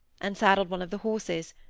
and saddled one of the horses,